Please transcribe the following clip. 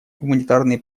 гуманитарные